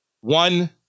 one